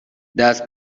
دست